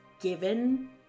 given